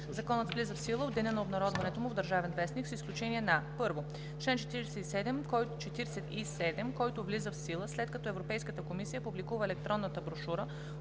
Законът влиза в сила от деня на обнародването му в „Държавен вестник“ с изключение на: 1.Член 47, който влиза в сила, след като Европейската комисия публикува електронната брошура